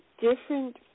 different